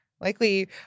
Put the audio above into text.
Likely